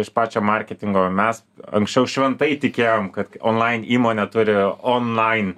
iš pačio marketingo mes anksčiau šventai tikėjom kad olain įmonė turi onlain